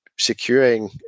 securing